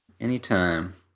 Anytime